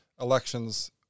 elections